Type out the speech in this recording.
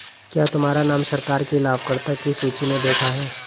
क्या तुम्हारा नाम सरकार की लाभकर्ता की सूचि में देखा है